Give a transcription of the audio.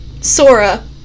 Sora